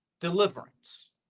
deliverance